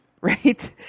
Right